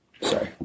Sorry